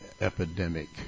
epidemic